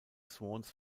swans